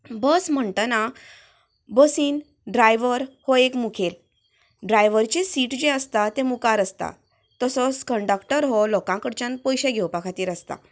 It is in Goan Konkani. बस म्हणटना बसींत ड्रायवर हो एक मुखेल ड्रायवरचें सीट जें आसता तें मुखार आसता तसोच कण्डक्टर हो लोकांकडच्यान पयशें घेवपा खातीर आसता